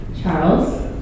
Charles